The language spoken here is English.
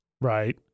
Right